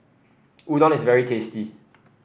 Udon is very tasty